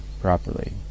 properly